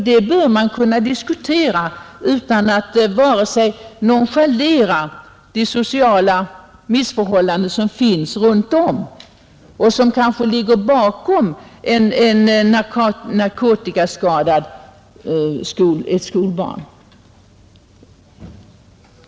Det bör man kunna diskutera utan att nonchalera de sociala missförhållanden som finns runt om och som kanske ligger bakom att ett skolbarn är narkotikaskadat.